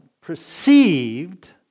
Perceived